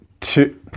two